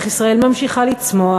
איך ישראל ממשיכה לצמוח,